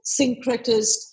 syncretist